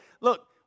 look